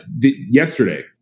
Yesterday